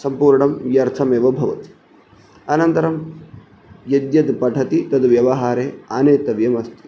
सम्पूर्णं व्यर्थमेव भवति अनन्तरं यद्यद् पठति तद्व्यवहारे आनेतव्यमस्ति